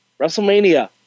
WrestleMania